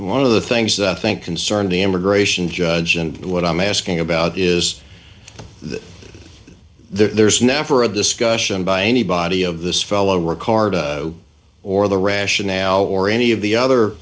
one of the things that i think concern the immigration judge and what i'm asking about is that there's never a discussion by anybody of this fellow or card or the rationale or any of the other